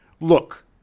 look